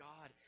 God